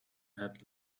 had